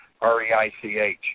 R-E-I-C-H